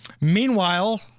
Meanwhile